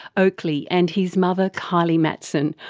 oakley and his mother kylee matson,